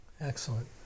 Excellent